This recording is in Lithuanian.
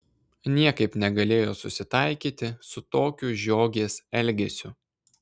niekaip negalėjo susitaikyti su tokiu žiogės elgesiu